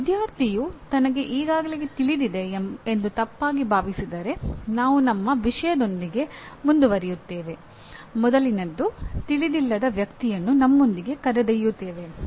ಒಬ್ಬ ವಿದ್ಯಾರ್ಥಿಯು ತನಗೆ ಈಗಾಗಲೇ ತಿಳಿದಿದೆ ಎಂದು ತಪ್ಪಾಗಿ ಭಾವಿಸಿದರೆ ನಾವು ನಮ್ಮ ವಿಷಯದೊಂದಿಗೆ ಮುಂದುವರಿಯುತ್ತೇವೆ ಮೊದಲಿನದ್ದು ತಿಳಿದಿಲ್ಲದ ವ್ಯಕ್ತಿಯನ್ನು ನಮ್ಮೊಂದಿಗೆ ಕರೆದೊಯ್ಯುತ್ತೇವೆ